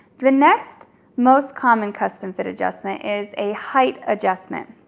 the next most common custom fit adjustment is a height adjustment.